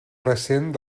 recent